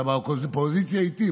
אתה באופוזיציה איתי,